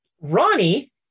ronnie